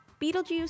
Betelgeuse